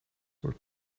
were